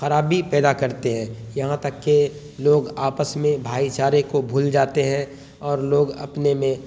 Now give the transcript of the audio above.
خرابی پیدا کرتے ہیں یہاں تک کہ لوگ آپس میں بھائی چارے کو بھول جاتے ہیں اور لوگ اپنے میں